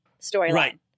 storyline